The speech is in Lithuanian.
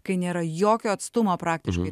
kai nėra jokio atstumo praktiškai